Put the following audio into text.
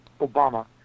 Obama